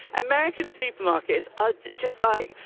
american supermarkets are just like,